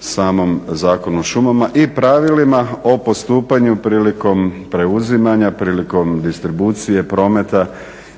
samom Zakonu o šumama i pravilima o postupanju prilikom preuzimanja, prilikom distribucije prometa